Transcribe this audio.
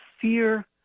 fear